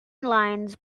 lines